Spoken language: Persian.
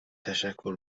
تشکر